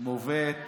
מובאת